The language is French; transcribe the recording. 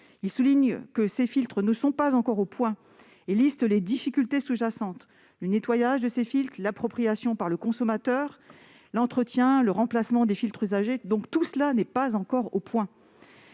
Il souligne que ces filtres ne sont pas encore au point et détaille les difficultés sous-jacentes : le nettoyage de ces filtres, l'appropriation par le consommateur, l'entretien et le remplacement des filtres usagés. En outre, l'implication